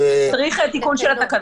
צריך תיקון של התקנות.